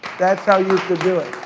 that's how you could do it,